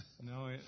No